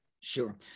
Sure